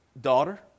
daughter